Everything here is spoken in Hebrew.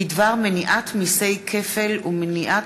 דוד צור ועמיר פרץ,